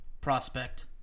prospect